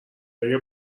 بگه